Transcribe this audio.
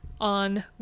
on